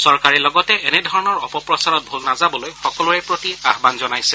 চৰকাৰে লগতে এনেধৰণৰ অপপ্ৰচাৰত ভোল নাযাবলৈ সকলোৰে প্ৰতি আহান জনাইছে